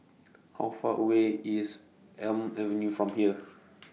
How Far away IS Elm Avenue from here